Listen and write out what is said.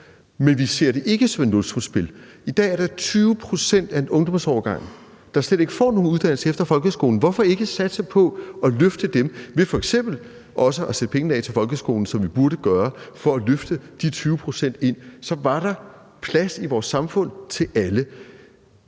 Men vi ser det ikke som et nulsumsspil. I dag er der 20 pct. af en ungdomsårgang, der slet ikke får nogen uddannelse efter folkeskolen. Hvorfor ikke satse på at løfte dem ved f.eks. også at sætte penge af til folkeskolen, som vi burde gøre for at løfte de 20 pct. ind? Så var der plads i vores samfund til alle.